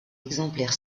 exemplaire